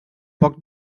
poc